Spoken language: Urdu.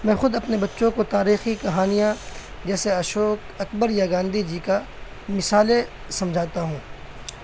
میں خود اپنے بچوں کو تاریخی کہانیاں جیسے اشوک اکبر یا گاندھی جی کا مثالے سمجھاتا ہوں